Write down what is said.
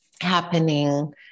happening